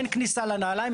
אין כניסה לנעליים,